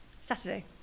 Saturday